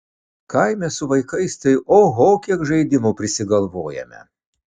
kaime su vaikais tai oho kiek žaidimų prisigalvojame